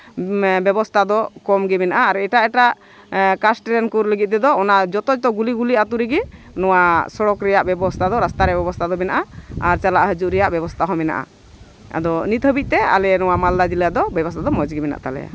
ᱵᱮᱵᱚᱥᱛᱷᱟ ᱫᱚ ᱠᱚᱢ ᱜᱮ ᱢᱮᱱᱟᱜᱼᱟ ᱟᱨ ᱮᱴᱟᱜ ᱮᱴᱟᱜ ᱠᱟᱥᱴ ᱨᱮᱱ ᱠᱚ ᱞᱟᱹᱜᱤᱫ ᱛᱮᱫᱚ ᱚᱱᱟ ᱡᱚᱛᱚ ᱛᱚ ᱜᱩᱞᱤ ᱜᱩᱞᱤ ᱟᱛᱳ ᱨᱮᱜᱮ ᱱᱚᱣᱟ ᱥᱚᱲᱚᱠ ᱨᱮᱭᱟᱜ ᱵᱮᱵᱚᱥᱛᱷᱟ ᱫᱚ ᱨᱟᱥᱛᱟ ᱨᱮᱭᱟᱜ ᱵᱮᱵᱚᱥᱛᱷᱟ ᱫᱚ ᱢᱮᱱᱟᱜᱼᱟ ᱟᱨ ᱪᱟᱞᱟᱜ ᱦᱤᱡᱩᱜ ᱨᱮᱭᱟᱜ ᱵᱮᱵᱚᱥᱛᱷᱟ ᱦᱚᱸ ᱢᱮᱱᱟᱜᱼᱟ ᱟᱫᱚ ᱱᱤᱛ ᱦᱟᱹᱵᱤᱡ ᱛᱮ ᱟᱞᱮ ᱱᱚᱣᱟ ᱢᱟᱞᱫᱟ ᱡᱮᱞᱟ ᱫᱚ ᱵᱮᱵᱚᱥᱛᱷᱟ ᱫᱚ ᱢᱚᱡᱽ ᱜᱮ ᱢᱮᱱᱟᱜ ᱛᱟᱞᱮᱭᱟ